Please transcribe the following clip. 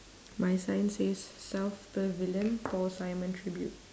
my sign says south pavilion paul simon tribute